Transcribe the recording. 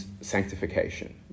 sanctification